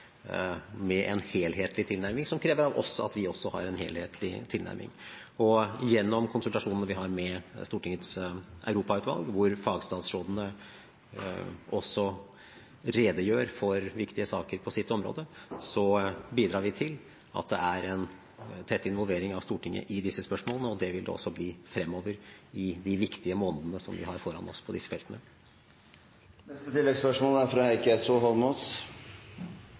med en helhetlig tilnærming, som krever av oss at vi også har en helhetlig tilnærming. Gjennom konsultasjoner vi har med Stortingets europautvalg, hvor fagstatsrådene også redegjør for viktige saker på sitt område, bidrar vi til at det er en tett involvering av Stortinget i disse spørsmålene, og det vil det også bli fremover i de viktige månedene som vi har foran oss på disse feltene. Heikki Eidsvoll Holmås